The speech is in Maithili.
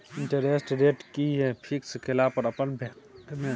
इंटेरेस्ट रेट कि ये फिक्स केला पर अपन बैंक में?